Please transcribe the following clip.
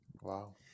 Wow